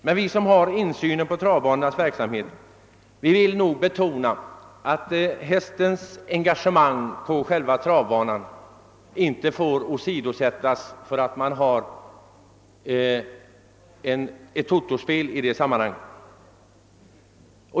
Men vi som har insynen i fråga om travbanornas verksamhet vill betona att hästens engagemang på själva travbanan inte får åsidosättas för att man har ett totospel i det sammanhanget.